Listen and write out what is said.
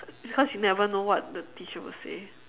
because you never know what the teacher will say